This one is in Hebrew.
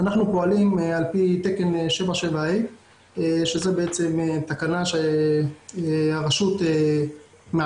אנחנו פועלים על פי תקן A77 שזה בעצם תקנה שהרשות מעדכנת